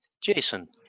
Jason